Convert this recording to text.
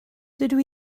dydw